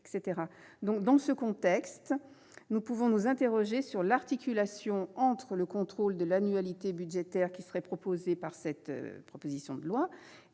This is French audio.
Dans ce contexte, nous pouvons nous interroger sur l'articulation entre le contrôle de l'annualité budgétaire qui serait créé par l'adoption de la